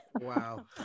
Wow